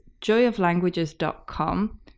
joyoflanguages.com